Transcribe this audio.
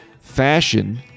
Fashion